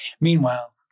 Meanwhile